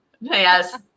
Yes